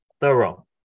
thorough